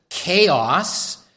Chaos